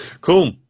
Cool